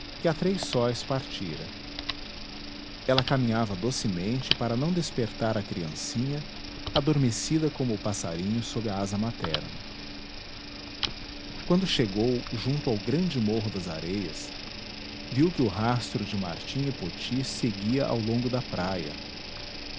que há três sóis partira ela caminhava docemente para não despertar a criancinha adormecida como o passarinho sob a asa materna quando chegou junto ao grande morro das areias viu que o rastro de martim e poti seguia ao longo da praia